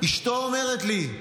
אשתו אומרת לי: